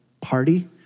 party